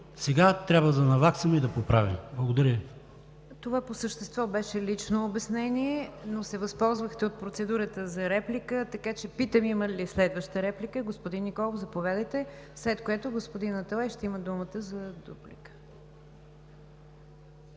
сега трябва да наваксаме и да поправим. Благодаря. ПРЕДСЕДАТЕЛ НИГЯР ДЖАФЕР: Това по същество беше лично обяснение, но се възползвахте от процедурата за реплика, така че питам: има ли следваща реплика? Господин Николов, заповядайте, след което господин Аталай ще има думата за дуплика.